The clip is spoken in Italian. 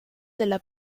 della